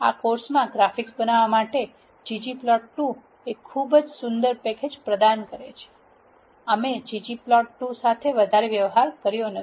આ કોર્સમાં ગ્રાફિક્સ બનાવવા માટે ggplot2 ખૂબ જ સુંદર પેકેજ પ્રદાન કરે છે અમે ggplot2 સાથે વધારે વ્યવહાર કર્યો નથી